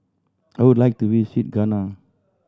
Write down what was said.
I would like to visit Ghana